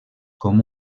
com